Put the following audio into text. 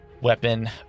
weapon